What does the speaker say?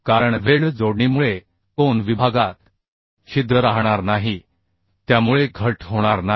कारण वेल्ड जोडणीमुळे कोन विभागात छिद्र राहणार नाही त्यामुळे घट होणार नाही